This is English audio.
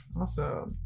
Awesome